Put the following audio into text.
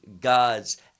God's